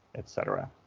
etc.